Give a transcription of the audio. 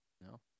No